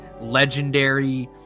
legendary